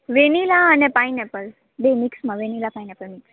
vanilla અને pineapple બે મિક્સમાં વેનીલા પાઈનેપલ મિક્સ